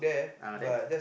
uh there